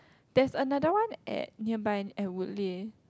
that's another one at nearby at Woodleigh